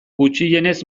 gutxienez